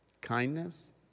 Kindness